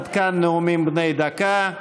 עד כאן נאומים בני דקה.